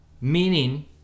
meaning